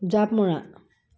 জাঁপ মৰা